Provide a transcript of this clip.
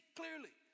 clearly